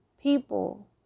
people